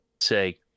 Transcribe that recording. say